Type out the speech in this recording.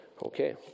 Okay